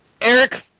Eric